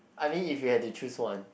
I mean if you have to choose one